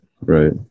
right